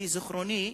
שלפי זיכרוני,